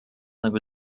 nego